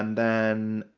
and then